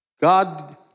God